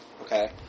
Okay